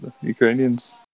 Ukrainians